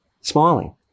smiling